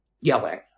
yelling